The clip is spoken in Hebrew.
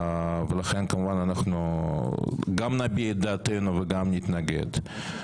ולכן, כמובן, גם נביע את דעתנו וגם נתנגד.